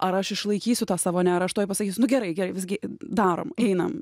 ar aš išlaikysiu tą savo ne ar aš tuoj pasakysiu nu gerai gerai visgi darom einam